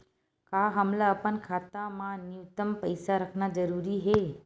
का हमला अपन खाता मा न्यूनतम पईसा रखना जरूरी हे?